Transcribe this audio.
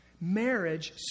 Marriage